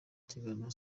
kiganiro